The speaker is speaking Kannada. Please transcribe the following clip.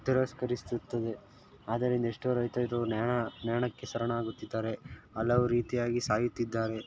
ತಿರಸ್ಕರಿಸುತ್ತದೆ ಆದ್ದರಿಂದ ಎಷ್ಟೋ ರೈತರು ನ್ಯಾಣ ನೇಣಿಗೆ ಶರಣಾಗುತ್ತಿದ್ದಾರೆ ಹಲವು ರೀತಿಯಾಗಿ ಸಾಯುತ್ತಿದ್ದಾರೆ